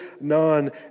none